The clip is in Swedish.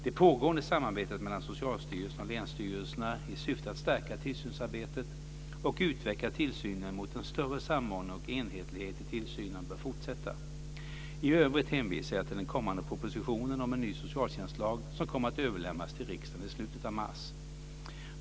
Det pågående samarbetet mellan Socialstyrelsen och länsstyrelserna i syfte att stärka tillsynsarbetet och utveckla tillsynen mot en större samordning och enhetlighet i tillsynen bör fortsätta. I övrigt hänvisar jag till den kommande propositionen om ny socialtjänstlag som kommer att överlämnas till riksdagen i slutet av mars.